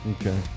Okay